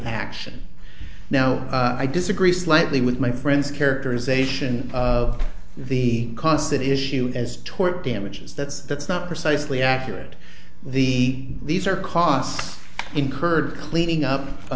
action now i disagree slightly with my friend's characterization of the constant issue as tort damages that that's not precisely accurate the these are costs incurred cleaning up a